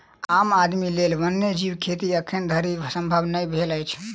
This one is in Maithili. आम आदमीक लेल वन्य जीव खेती एखन धरि संभव नै भेल अछि